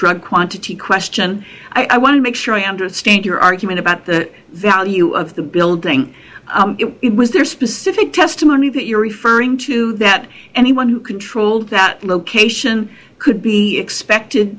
drug quantity question i want to make sure i understand your argument about the value of the building was there specific testimony that you're referring to that anyone who controlled that location could be expected